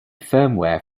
firmware